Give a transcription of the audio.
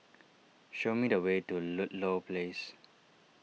show me the way to Ludlow Place